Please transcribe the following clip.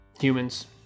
Humans